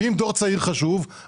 אם דור צעיר חשוב,